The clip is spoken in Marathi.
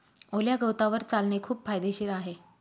ओल्या गवतावर चालणे खूप फायदेशीर आहे